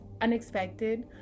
unexpected